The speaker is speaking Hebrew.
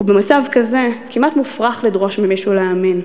ובמצב כזה כמעט מופרך לדרוש ממישהו להאמין.